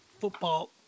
Football